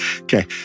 Okay